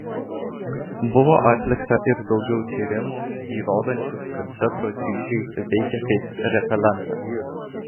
buvo atlikta ir daugiau tyrimų įrodančių kad zebro dryžiai veikia kaip repelentas